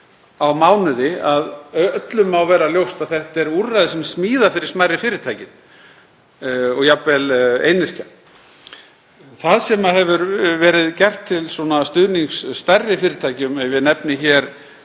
á mánuði að öllum má vera ljóst að þetta er úrræði sem smíðað er fyrir smærri fyrirtækin og jafnvel einyrkja. Það sem hefur verið gert til stuðnings stærri fyrirtækjum — ef ég nefni hér